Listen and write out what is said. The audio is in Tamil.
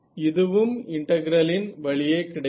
இதுவும் இன்டெக்ரல்லின் வழியே கிடைக்கிறது